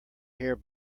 hair